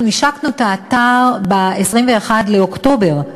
אנחנו השקנו את האתר ב-21 באוקטובר,